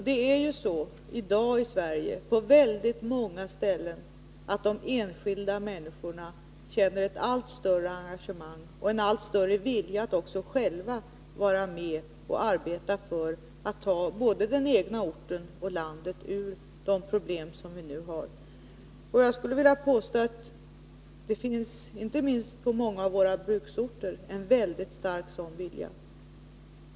Det är ju så i dag i Sverige på många ställen att de enskilda människorna känner ett allt större engagemang och en allt större vilja att också själva vara med och arbeta för att ta både den egna orten och landet ur de problem som vi nu har. Jag skulle vilja påstå att det finns — inte minst på många av våra bruksorter — en mycket stark sådan vilja.